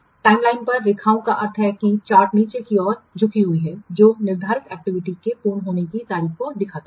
timeline पर रेखाओं का अर्थ है कि चार्ट नीचे की ओर झुकी हुई है जो निर्धारित एक्टिविटी के पूर्ण होने की तारीख को दिखाता है